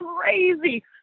crazy